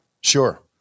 sure